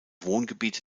wohngebiete